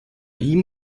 ihm